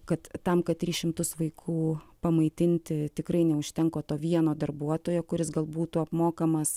kad tam kad tris šimtus vaikų pamaitinti tikrai neužtenka to vieno darbuotojo kuris gal būtų apmokamas